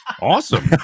Awesome